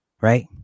Right